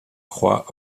croix